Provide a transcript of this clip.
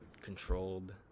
controlled